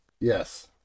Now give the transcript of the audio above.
Yes